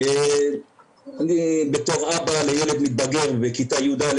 אני בתור אבא לילד מתבגר בכיתה י"א,